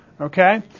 Okay